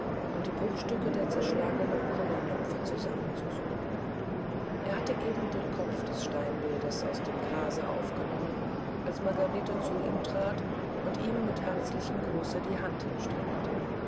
um die bruchstücke der zerschlagenen brunnennymphe zusammenzusuchen er hatte eben den kopf des steinbildes aus dem grase aufgenommen als margarete zu ihm trat und ihm mit herzlichem gruße die hand hinstreckte